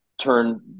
turn